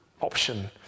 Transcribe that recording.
option